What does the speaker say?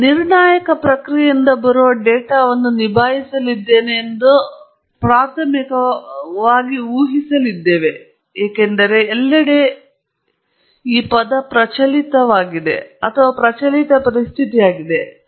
ಇಲ್ಲಿ ನಾವು ನಿರ್ಣಾಯಕ ಪ್ರಕ್ರಿಯೆಯಿಂದ ಬರುವ ಡೇಟಾವನ್ನು ನಿಭಾಯಿಸಲಿದ್ದೇವೆ ಎಂದು ಪ್ರಾಥಮಿಕವಾಗಿ ಊಹಿಸಲಿದ್ದೇವೆ ಏಕೆಂದರೆ ಇದು ಎಲ್ಲೆಡೆ ಪ್ರಚಲಿತ ಪರಿಸ್ಥಿತಿಯಾಗಿದೆ